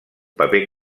paper